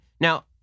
Now